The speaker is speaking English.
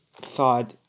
thought